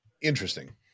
interesting